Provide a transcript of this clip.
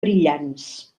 brillants